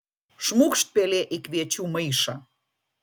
šmūkšt pelė į kviečių maišą